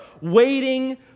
waiting